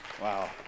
Wow